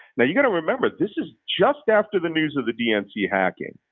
now you've got to remember, this is just after the news of the dnc hacking,